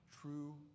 true